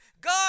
God